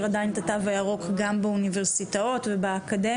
עדיין את התו הירוק גם באוניברסיטאות ובאקדמיה,